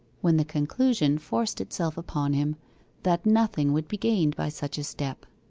when the conclusion forced itself upon him that nothing would be gained by such a step.